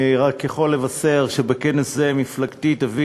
אני רק יכול לבשר שבכנס זה מפלגתי תביא